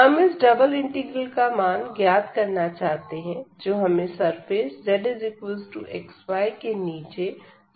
हम इस double integral का मान ज्ञात करना चाहते हैं जो हमें सरफेस zxyके नीचे सॉलिड का वॉल्यूम देगा